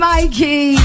Mikey